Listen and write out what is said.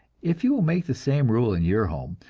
if you will make the same rule in your home,